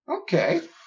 Okay